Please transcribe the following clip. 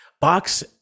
Box